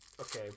Okay